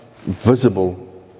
visible